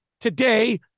Today